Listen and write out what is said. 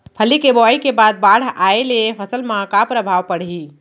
फल्ली के बोआई के बाद बाढ़ आये ले फसल मा का प्रभाव पड़ही?